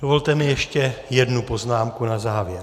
Dovolte mi ještě jednu poznámku na závěr.